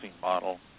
model